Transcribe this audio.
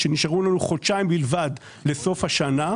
שנשארו לנו חודשיים בלבד לסוף השנה,